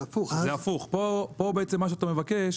פה בעצם מה שאתה מבקש